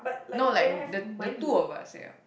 no like the the two of us ya